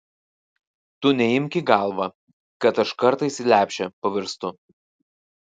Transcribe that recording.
tu neimk į galvą kad aš kartais į lepšę pavirstu